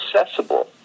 accessible